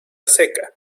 seca